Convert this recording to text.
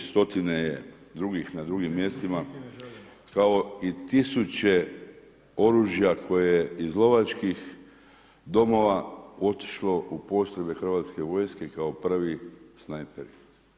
Stotine je drugih na drugim mjestima kao i tisuće oružja koje iz lovačkih domova otišlo u postrojbe Hrvatske vojske kao prvi snajperi.